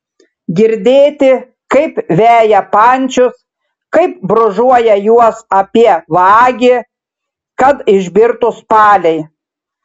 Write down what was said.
girdėti kaip veja pančius kaip brūžuoja juos apie vagį kad išbirtų spaliai